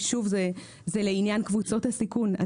כי זה לעניין קבוצות הסיכון,